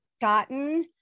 gotten